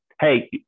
hey